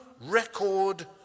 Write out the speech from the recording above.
record